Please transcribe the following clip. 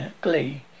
glee